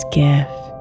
gift